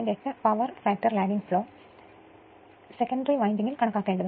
8 power factor lagging flow ദ്വിതീയ തലത്തിലെ വിൻഡിംഗിൽ കണക്കാക്കേണ്ടതുണ്ട്